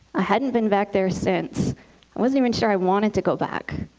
i hadn't been back there since. i wasn't even sure i wanted to go back.